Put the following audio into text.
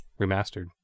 Remastered